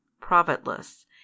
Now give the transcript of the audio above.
profitless